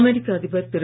அமெரிக்க அதிபர் திரு